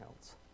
else